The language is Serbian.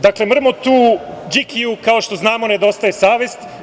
Dakle, mrmotu, Đikiju, kao što znamo nedostaje savest.